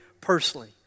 personally